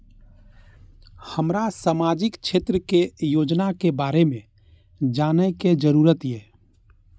हमरा सामाजिक क्षेत्र के योजना के बारे में जानय के जरुरत ये?